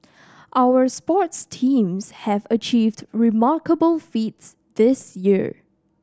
our sports teams have achieved remarkable feats this year